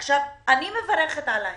עכשיו, אני מברכת על ההסכם.